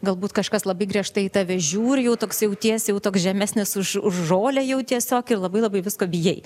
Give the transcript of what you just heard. galbūt kažkas labai griežtai į tave žiūri jau toks jautiesi toks žemesnis už žolę jau tiesiog ir labai labai visko bijai